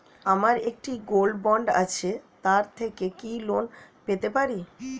আমার একটি gold bond আছে তার থেকে কি লোন পেতে পারি?